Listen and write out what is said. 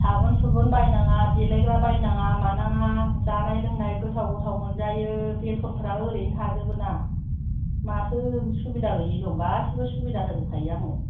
साबोन सुबोन बायनाङा देलायग्रा बायनाङा मानाङा जानाय लोंनाय गोथाव गाथाव मोनजायो बेतनफ्रा ओरैनो थाजोबो ना माथो सुबिदा गैयि दं गासिबो सुबिदा होजोबखायो आङो